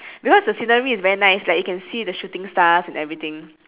because the scenery is very nice like you can see the shooting stars and everything